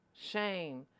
shame